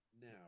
Now